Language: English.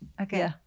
okay